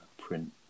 print